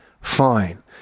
fine